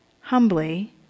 humbly